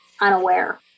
unaware